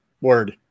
word